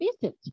visit